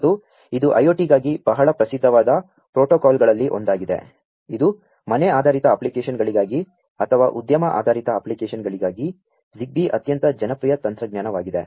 ಮತ್ತು ಇದು IoT ಗಾ ಗಿ ಬಹಳ ಪ್ರಸಿದ್ಧವಾ ದ ಪ್ರೋ ಟೋ ಕಾ ಲ್ಗಳಲ್ಲಿ ಒಂ ದಾ ಗಿದೆ ಇದು ಮನೆ ಆಧಾ ರಿತ ಅಪ್ಲಿಕೇ ಶನ್ಗಳಿಗಾ ಗಿ ಅಥವಾ ಉದ್ಯ ಮ ಆಧಾ ರಿತ ಅಪ್ಲಿಕೇ ಶನ್ಗಳಿಗಾ ಗಿ ZigBee ಅತ್ಯಂ ತ ಜನಪ್ರಿಯ ತಂ ತ್ರಜ್ಞಾ ನವಾ ಗಿದೆ